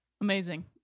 Amazing